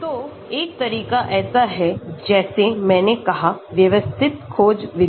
तो एक तरीका ऐसा है जैसे मैंने कहा व्यवस्थित खोज विधि